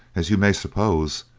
as you may suppose,